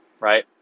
right